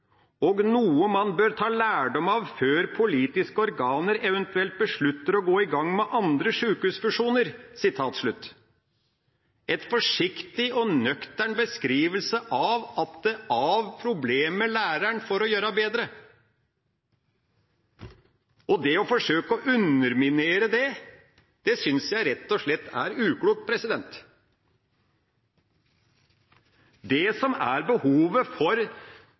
og noe man bør ta lærdom av før politiske organer eventuelt beslutter å gå i gang med andre sykehusfunksjoner.» Det er en forsiktig og nøktern beskrivelse av at det er av problemer en lærer for å kunne gjøre bedre. Det å forsøke å underminere det, synes jeg rett og slett er uklokt. Det som er behovet for